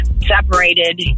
separated